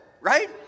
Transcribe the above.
Right